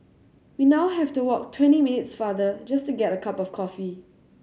we now have to walk twenty minutes farther just to get a cup of coffee